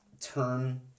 turn